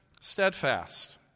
Steadfast